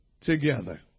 together